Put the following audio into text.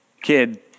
kid